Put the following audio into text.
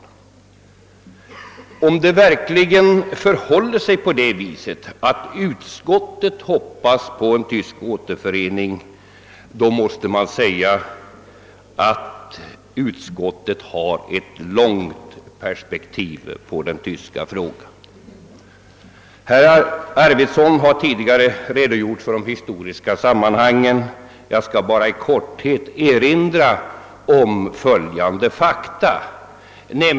Om det verkligen förhåller sig på det viset att utskottet hoppas på en tysk återförening, så måste man säga att utskottet har ett långt perspektiv på den tyska frågan. Herr Arvidson har tidigare redogjort för de historiska sammanhangen. Jag skall bara i korthet erinra om följande fakta.